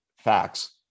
facts